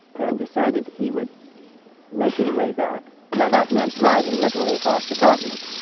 and decided he would make his way back. now that meant driving literally across the continent,